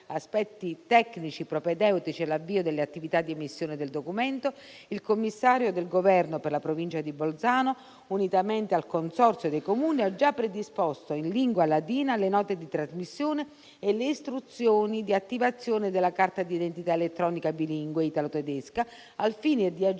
aspetti tecnici propedeutici all'avvio delle attività di emissione del documento, il commissario del Governo per la Provincia di Bolzano, unitamente al consorzio dei Comuni, ha già predisposto in lingua ladina le note di trasmissione e le istruzioni di attivazione della carta d'identità elettronica bilingue italo-tedesca, al fine di agevolare